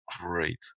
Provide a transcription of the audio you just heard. great